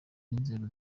n’inzego